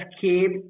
keep